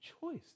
choice